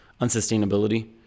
unsustainability